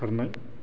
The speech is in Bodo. खारनाय